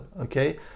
okay